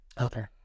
Okay